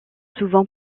souvent